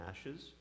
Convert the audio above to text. ashes